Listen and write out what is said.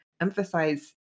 emphasize